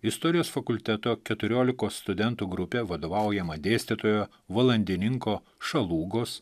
istorijos fakulteto keturiolikos studentų grupė vadovaujama dėstytojo valandininko šalūgos